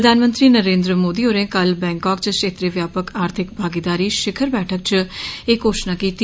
प्रधानमंत्री नरेन्द्र मोदी होरें कल बैंकाक च क्षेत्रीय व्यापक आर्थिक भागीदारी शिखर बैठक च एह् घोषणा कीती